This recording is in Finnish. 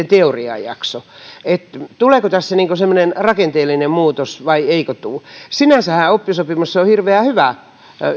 teoriajakso että tuleeko tässä semmoinen rakenteellinen muutos vai eikö tule sinänsähän oppisopimus on hirveän hyvä